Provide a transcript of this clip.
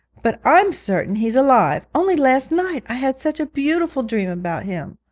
but i'm certain he's alive. only last night i had such a beautiful dream about him.